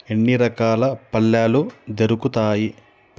ఎన్ని రకాల పళ్ళాలు దొరుకుతాయి